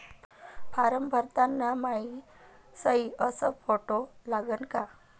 Form भरताना मायी सयी अस फोटो लागन का?